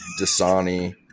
Dasani